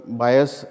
bias